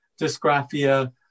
dysgraphia